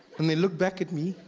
and they looked back at me.